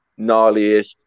gnarliest